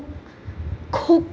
cook